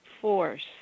force